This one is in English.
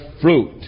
fruit